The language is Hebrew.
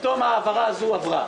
פתאום העברה הזאת עברה,